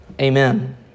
amen